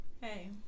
Hey